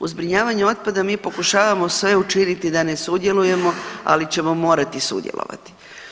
U zbrinjavanju otpada mi pokušavamo sve učiniti da ne sudjelujemo, ali ćemo morati sudjelovati.